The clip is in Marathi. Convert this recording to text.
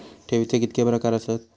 ठेवीचे कितके प्रकार आसत?